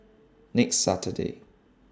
next Saturday